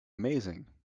amazing